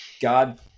God